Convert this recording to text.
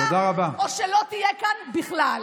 או שלא תהיה כאן בכלל.